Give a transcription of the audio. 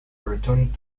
returned